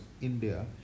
India